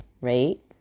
right